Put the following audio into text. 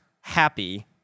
happy